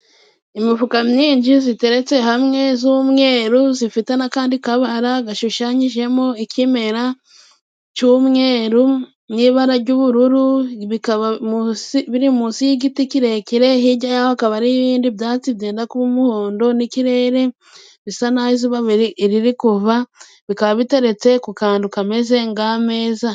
Imifuka myinshi ziteretse hamwe z'umweru, zifite n'akandi kabara gashushanyijemo ikimera cy'umweru mu ibara jy'ubururu, bikaba biri munsi y'igiti kirekire, hijya hakaba n'ibindi byatsi byenda kuba umuhondo n'ikirere bisa n'aho izuba riri kuva, bikaba biteretse ku kantu kameze ng'ameza